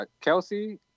kelsey